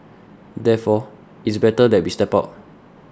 therefore it's better that we step out